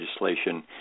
legislation